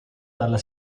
dalla